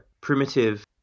primitive